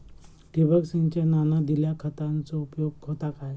ठिबक सिंचनान दिल्या खतांचो उपयोग होता काय?